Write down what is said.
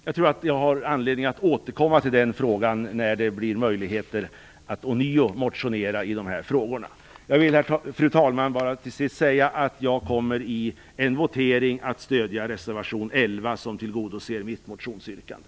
Jag tror att jag har anledning att återkomma till frågan när det blir möjligheter att ånyo motionera i dessa frågor. Fru talman! Jag vill till sist säga att jag kommer i en votering att stödja reservation 11, som tillgodoser mitt motionsyrkande.